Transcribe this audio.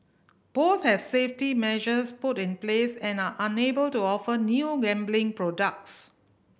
both have safety measures put in place and are unable to offer new gambling products